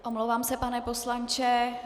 Omlouvám se, pane poslanče.